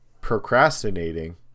procrastinating